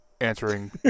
answering